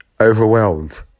overwhelmed